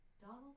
Donald